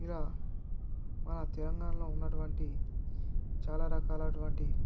ఇలా మన తెలంగాణలో ఉన్నటువంటి చాలా రకాలైనటువంటి